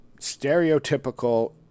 stereotypical